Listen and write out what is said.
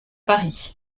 paris